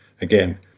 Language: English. Again